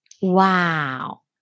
Wow